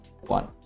one